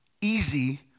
easy